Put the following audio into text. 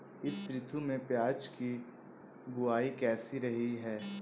इस ऋतु में प्याज की बुआई कैसी रही है?